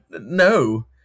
No